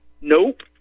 Nope